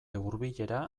hurbilera